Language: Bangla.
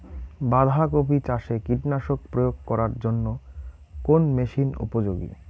বাঁধা কপি চাষে কীটনাশক প্রয়োগ করার জন্য কোন মেশিন উপযোগী?